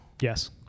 Yes